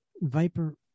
Viper